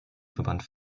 verband